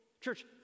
Church